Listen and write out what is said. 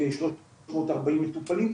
כשלוש מאות ארבעים מטופלים,